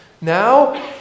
now